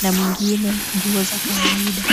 na mwingine nguo za kawaida.